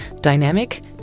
dynamic